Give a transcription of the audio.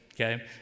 okay